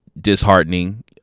disheartening